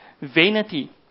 Vanity